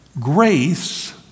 grace